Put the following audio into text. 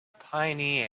piny